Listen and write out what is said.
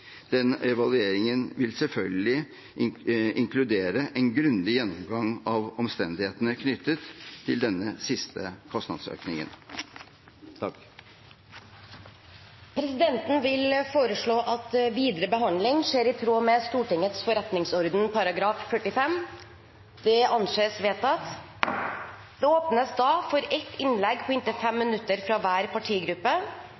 Den evalueringen vil selvfølgelig inkludere en grundig gjennomgang av omstendighetene knyttet til denne siste kostnadsøkningen. Presidenten vil foreslå at videre behandling skjer i tråd med Stortingets forretningsorden § 45. – Det anses vedtatt. Det åpnes da et for ett innlegg på inntil